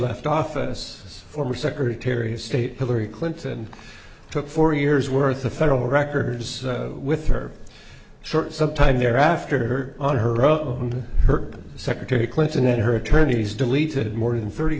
left office former secretary of state hillary clinton took four years worth of federal records with her short some time thereafter on her robe and her secretary clinton and her attorneys deleted more than thirty